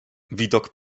widok